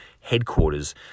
headquarters